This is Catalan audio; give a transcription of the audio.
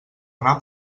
anar